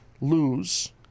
lose